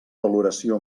valoració